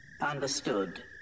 Understood